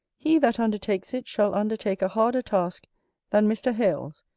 he that undertakes it shall undertake a harder task than mr. hales,